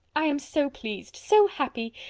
i am so pleased so happy.